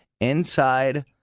Inside